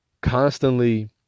constantly